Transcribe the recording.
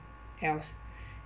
else